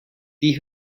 die